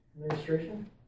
administration